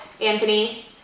Anthony